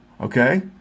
Okay